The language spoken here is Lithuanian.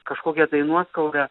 kažkokią tai nuoskaudą